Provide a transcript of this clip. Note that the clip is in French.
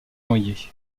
noyé